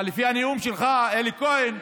אבל לפי הנאום שלך, אלי כהן,